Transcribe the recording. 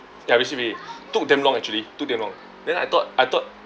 ya receive already took damn long actually took damn long then I thought I thought